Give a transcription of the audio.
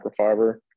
microfiber